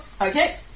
Okay